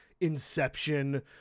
inception